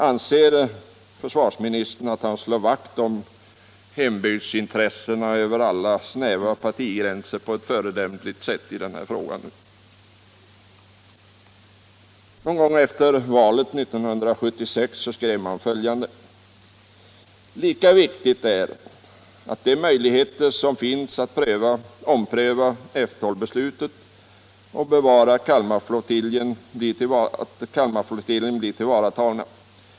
Anser försvarsministern att han nu slår vakt om hembygdens intressen över alla snäva partiintressen på ett föredömligt sätt i den här frågan? Någon gång efter valet 1976 skrev man följande: ”Lika viktigt är att de möjligheter som finns att ompröva F 12-beslutet och bevara Kalmar-flottiljen blir tillvaratagna.